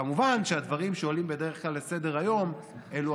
כמובן שהדברים שעולים בדרך כלל לסדר-היום אלו